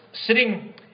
sitting